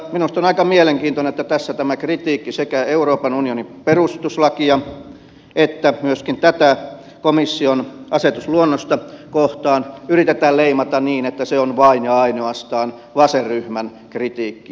minusta on aika mielenkiintoista että tässä tämä kritiikki sekä euroopan unionin perustuslakia että myöskin tätä komission asetusluonnosta kohtaan yritetään leimata niin että se on vain ja ainoastaan vasenryhmän kritiikkiä